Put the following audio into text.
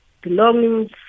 belongings